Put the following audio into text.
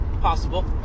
Possible